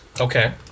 okay